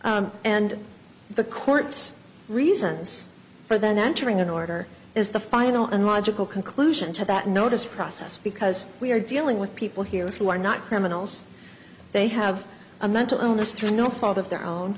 alternatives and the courts reasons for that entering an order is the final and logical conclusion to that notice process because we are dealing with people here who are not criminals they have a mental illness through no fault of their own